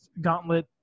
Gauntlet